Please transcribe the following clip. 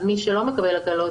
מי שלא מקבל הקלות,